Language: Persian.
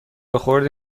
خردی